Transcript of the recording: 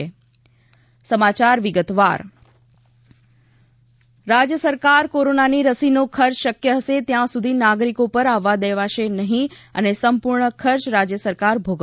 નીતીન પટેલ રસી રાજ્ય સરકાર કોરોનાની રસીનો ખર્ચ શક્ય હશે ત્યાં સુધી નાગરિકો પર આવવા દેવાશે નહીં અને સંપૂર્ણ ખર્ચ રાજ્ય સરકાર ભોગવશે